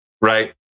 right